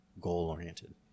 goal-oriented